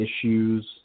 issues